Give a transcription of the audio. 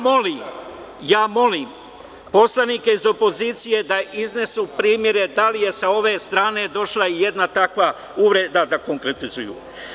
Molim poslanike iz opozicije da iznesu primere da li je sa ove strane došla i jedna takva uvreda, da konkretizuju.